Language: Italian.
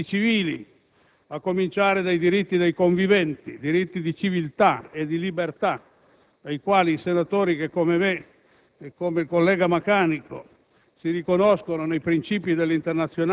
come si conviene innanzitutto in materia di diritto civili, a cominciare da quelli dei conviventi: diritti di civiltà e di libertà ai quali i senatori che, come il collega Maccanico